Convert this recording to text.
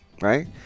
right